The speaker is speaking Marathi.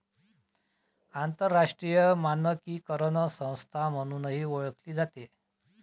आंतरराष्ट्रीय मानकीकरण संस्था म्हणूनही ओळखली जाते